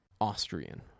austrian